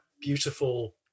beautiful